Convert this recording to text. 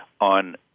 on